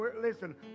listen